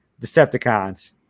Decepticons